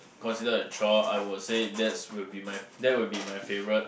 consider a chore I would say that's will be mine that would be my favourite